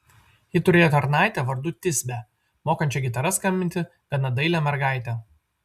ji turėjo tarnaitę vardu tisbę mokančią gitara skambinti gana dailią mergaitę